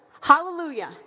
Hallelujah